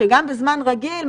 שגם בזמן רגיל,